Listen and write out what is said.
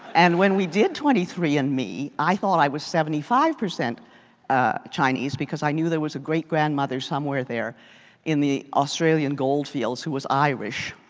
and when we did twenty three and me, i thought i was seventy five percent chinese because i knew that there was a great grandmother somewhere there in the australian gold fields who was irish.